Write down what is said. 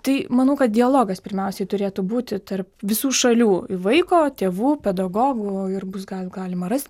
tai manau kad dialogas pirmiausiai turėtų būti tarp visų šalių vaiko tėvų pedagogų ir bus gal galima rast